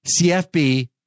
CFB